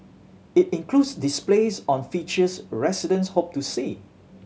it includes displays on features residents hope to see